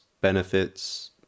benefits